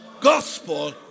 gospel